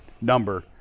number